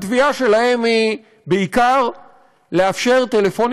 התביעה שלהם היא בעיקר לאפשר טלפונים